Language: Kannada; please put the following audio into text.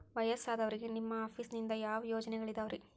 ವಯಸ್ಸಾದವರಿಗೆ ನಿಮ್ಮ ಆಫೇಸ್ ನಿಂದ ಯಾವ ಯೋಜನೆಗಳಿದಾವ್ರಿ?